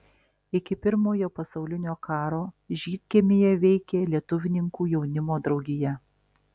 iki pirmojo pasaulinio karo žydkiemyje veikė lietuvininkų jaunimo draugija